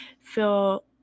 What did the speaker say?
feel